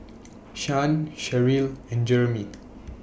Shan Sherrill and Jeremie